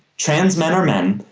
trans men are men,